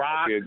Rock